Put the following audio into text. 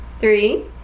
three